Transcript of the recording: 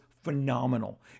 phenomenal